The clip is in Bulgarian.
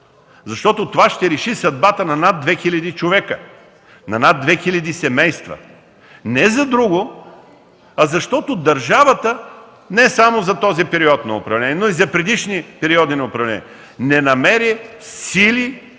защото това ще реши съдбата на над 2000 човека, на над 2000 семейства. Не за друго, а защото държавата не само за този период на управление, но и за предишни периоди на управление не намери сили